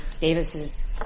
Davis's